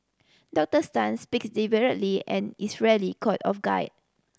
Doctors Tan speak deliberately and is rarely caught off guard